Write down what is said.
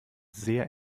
sehr